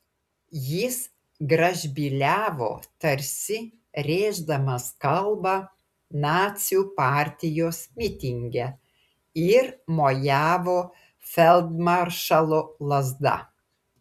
jis gražbyliavo tarsi rėždamas kalbą nacių partijos mitinge ir mojavo feldmaršalo lazda